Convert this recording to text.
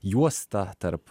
juosta tarp